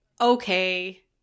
okay